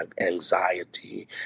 anxiety